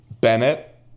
Bennett